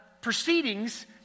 proceedings